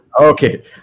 Okay